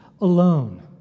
alone